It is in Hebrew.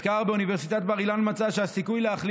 מחקר באוניברסיטת בר-אילן מצא שהסיכוי להחלים